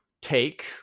take